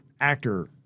actor